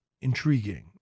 intriguing